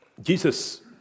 Jesus